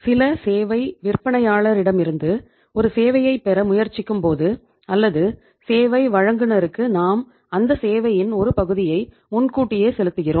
சில சேவை விற்பனையாளரிடமிருந்து ஒரு சேவையைப் பெற முயற்சிக்கும்போது அல்லது சேவை வழங்குநருக்கு நாம் அந்த சேவையின் ஒரு பகுதியை முன்கூட்டியே செலுத்துகிறோம்